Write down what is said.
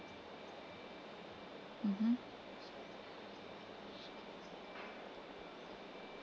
mmhmm